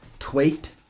Tweet